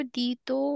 dito